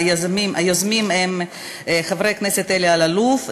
היוזמים הם חברי הכנסת אלי אלאלוף,